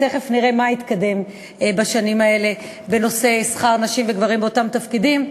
אז תכף נראה מה התקדם בשנים האלה בנושא שכר נשים וגברים באותם תפקידים.